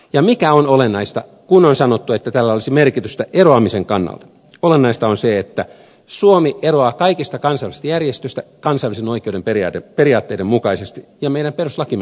ja mikä on olennaista kun on sanottu että tällä olisi merkitystä eroamisen kannalta suomi eroaa kaikista kansainvälisistä järjestöistä kansainvälisen oikeuden periaatteiden mukaisesti ja meidän perustuslakimme mukaisesti